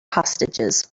hostages